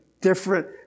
different